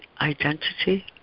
identity